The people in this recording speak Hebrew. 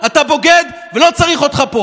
זה מה שאופוזיציה צריכה לעשות.